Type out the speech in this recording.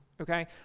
okay